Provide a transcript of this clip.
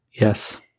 Yes